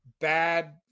bad